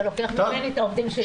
אתה לוקח ממני את העובדים שלי.